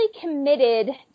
committed